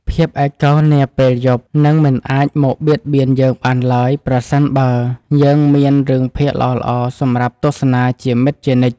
ភាពឯកោនាពេលយប់នឹងមិនអាចមកបៀតបៀនយើងបានឡើយប្រសិនបើយើងមានរឿងភាគល្អៗសម្រាប់ទស្សនាជាមិត្តជានិច្ច។